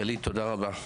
גלית, תודה רבה.